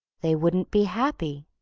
they wouldn't be happy,